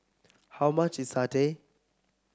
how much is satay